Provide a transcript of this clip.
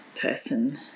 person